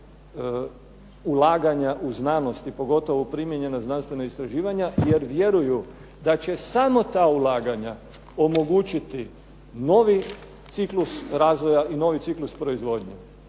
povećala ulaganja u znanosti, pogotovo u primijenjena znanstvena istraživanja jer vjeruju da će samo ta ulaganja omogućiti novi ciklus razvoja i novi ciklus proizvodnje.